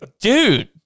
dude